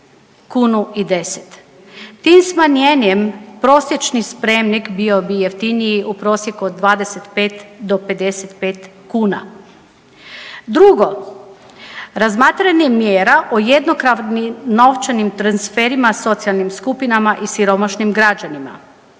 kunu i 10. Tim smanjenjem prosječni spremnik bio bi jeftiniji u prosjeku od 25 do 55 kuna. Drugo, razmatranje mjera o jednokratnim novčanim transferima socijalnim skupinama i siromašnim građanima.